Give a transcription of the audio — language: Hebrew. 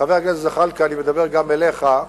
חבר הכנסת זחאלקה, אני מדבר גם אליך,